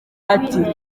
ati